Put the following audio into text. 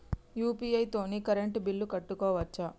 UPI తోని current bill కట్టుకోవచ్ఛా?